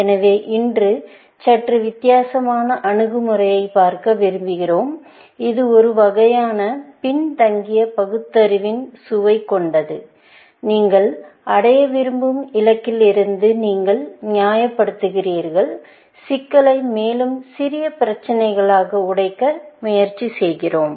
எனவே இன்று சற்று வித்தியாசமான அணுகுமுறையைப் பார்க்க விரும்புகிறோம் இது ஒரு வகையான பின்தங்கிய பகுத்தறிவின் சுவை கொண்டது நீங்கள் அடைய விரும்பும் இலக்கிலிருந்து நீங்கள் நியாயப்படுத்துகிறார்கள் சிக்கலை மேலும் சிறிய பிரச்சினைகளாக உடைக்க முயற்சி செய்கிறோம்